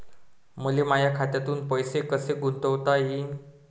मले माया खात्यातून पैसे कसे गुंतवता येईन?